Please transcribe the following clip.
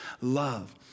love